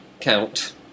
count